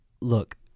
look